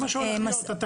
זה מה שהולך להיות.